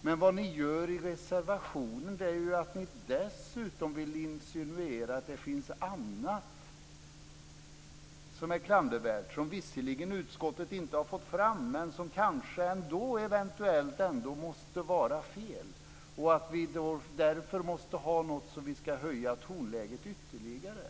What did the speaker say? Men vad ni gör i reservationen är att dessutom insinuera att det finns annat som är klandervärt. Det är sådant som utskottet visserligen inte har fått fram, men som kanske ändå eventuellt måste vara fel. Ni måste ha något som gör att vi kan höja tonläget ytterligare.